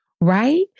right